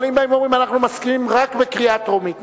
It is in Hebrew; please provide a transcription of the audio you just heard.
אבל אם באים ואומרים: אנחנו מסכימים רק בקריאה טרומית,